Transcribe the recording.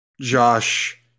Josh